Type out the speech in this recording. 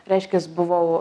reiškias buvau